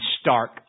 Stark